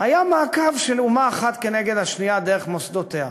היה מעקב של אומה אחת כנגד השנייה דרך מוסדותיה,